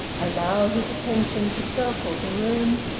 allow his attention to circle the room,